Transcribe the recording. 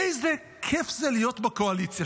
אדוני.